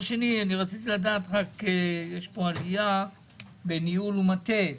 ראיתי שיש עלייה בניהול ומטה,